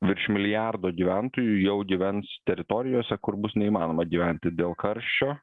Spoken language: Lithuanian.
virš milijardo gyventojų jau gyvens teritorijose kur bus neįmanoma gyventi dėl karščio